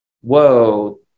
whoa